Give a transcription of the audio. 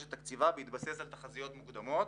את תקציבה בהתבסס על תחזיות מוקדמות.